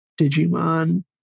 Digimon